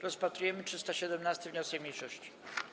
Rozpatrujemy 317. wniosek mniejszości.